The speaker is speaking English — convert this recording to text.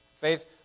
faith